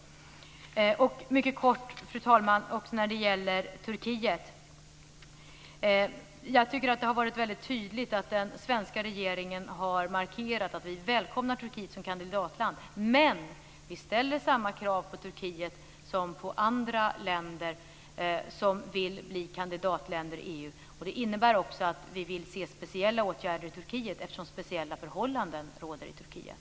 Jag vill också mycket kort, fru talman, säga något om Turkiet. Jag tycker att det har varit väldigt tydligt att den svenska regeringen har markerat att vi välkomnar Turkiet som kandidatland. Men vi ställer samma krav på Turkiet som på andra länder som vill bli kandidatländer i EU. Det innebär också att vi vill se speciella åtgärder i Turkiet, eftersom speciella förhållanden råder i Turkiet.